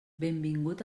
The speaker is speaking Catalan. benvingut